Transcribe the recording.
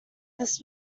this